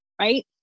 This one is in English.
Right